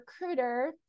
recruiter